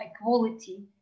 equality